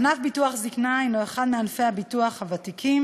ענף ביטוח זיקנה הנו אחד מענפי הביטוח הוותיקים